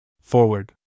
Forward